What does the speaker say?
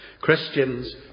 Christians